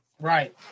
Right